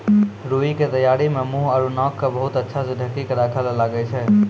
रूई के तैयारी मं मुंह आरो नाक क बहुत अच्छा स ढंकी क राखै ल लागै छै